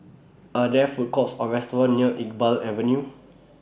Are There Food Courts Or restaurants near Iqbal Avenue